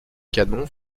canon